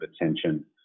attention